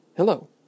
Hello